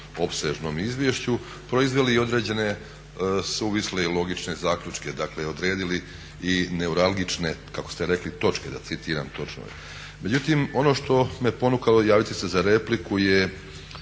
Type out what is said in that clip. opsežnom izvješću proizveli određene suvisle i logične zaključke, dakle odredili i neuralgične kako ste rekli "točke". Međutim, ono što me ponukalo javiti se za repliku je